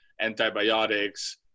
antibiotics